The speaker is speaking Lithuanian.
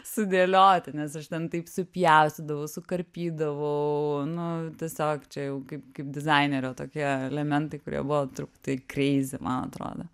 sudėlioti nes aš ten taip supjaustydavau sukarpydavau nu tiesiog čia jau kaip kaip dizainerio tokie elementai kurie buvo truputį kreizi man atrodo